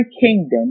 kingdom